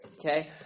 Okay